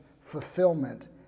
fulfillment